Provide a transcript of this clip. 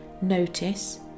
Notice